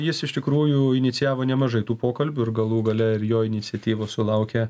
jis iš tikrųjų inicijavo nemažai tų pokalbių ir galų gale ir jo iniciatyvos sulaukė